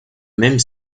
même